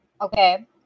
Okay